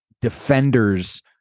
defenders